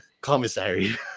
commissary